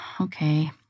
Okay